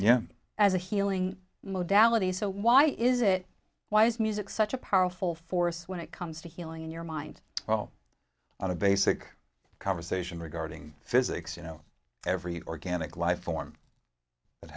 yeah as a healing modalities so why is it why is music such a powerful force when it comes to healing in your mind well on a basic conversation regarding physics you know every organic life for